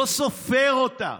לא סופר אותם,